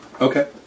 Okay